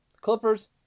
Clippers